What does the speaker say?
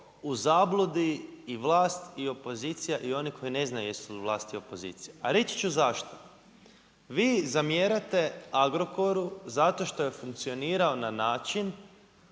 u zabludi i vlast i opozicija i oni koji ne znaju jesu li vlast i opozicija. A reći ću zašto. Vi zamjerate Agrokoru zato što je funkcionirao na način